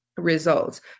Results